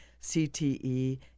CTE